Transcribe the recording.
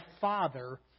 Father